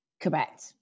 Correct